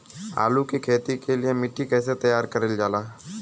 आलू की खेती के लिए मिट्टी कैसे तैयार करें जाला?